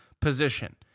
position